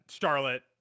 Charlotte